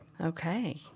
Okay